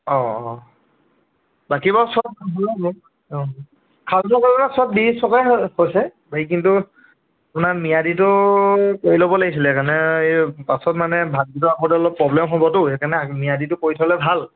অঁ অঁ বাকী বাৰু সব অঁ সব দি সবে হৈছে বাকী কিন্তু আপোনাৰ ম্য়াদিটো কৰি ল'ব লাগিছিলে সেইকাৰণে এই পাছত মানে ভাগ বিতৰা কৰোতে অলপ প্ৰব্লেম হ'বতো সেইকাৰণে ম্য়াদিটো কৰি থ'লে ভাল